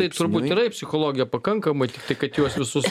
taip turbūt yra psichologijoj pakankai tiktai kad juos visus